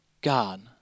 God